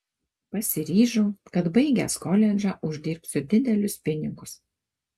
pasiryžau kad baigęs koledžą uždirbsiu didelius pinigus